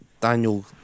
Daniel